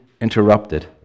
interrupted